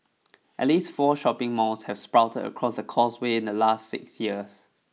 at least four shopping malls have sprouted across the Causeway in the last six years